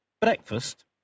breakfast